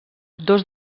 dos